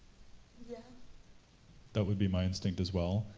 yeah that would be my instinct as well,